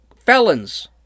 felons